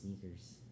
sneakers